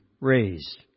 raised